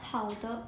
好的